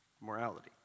morality